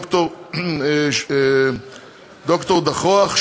ד"ר דחוח,